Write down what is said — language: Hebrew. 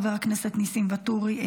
חבר הכנסת ניסים ואטורי,